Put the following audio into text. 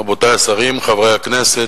רבותי השרים, חברי הכנסת,